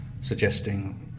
suggesting